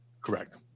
Correct